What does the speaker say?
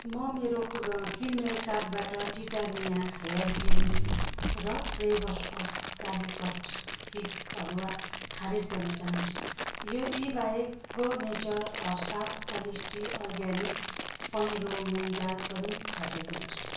म मेरो किनमेल कार्टबाट टिटानिया हेयर पिन र flavours of Calicut fig halwa खारीज गर्न चहान्छु यो यी बाहेक प्रो नेचर साफ अनेस्टी अर्ग्यानिक पहेँलो मुँग दाल पनि हटाइदिनुहोस्